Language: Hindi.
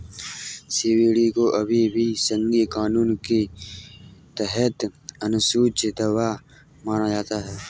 सी.बी.डी को अभी भी संघीय कानून के तहत अनुसूची दवा माना जाता है